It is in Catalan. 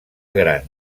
gran